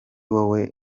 wowe